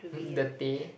in the tea